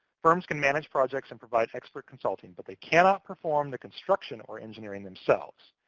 firms can manage projects and provide expert consulting, but they cannot perform the construction or engineering themselves.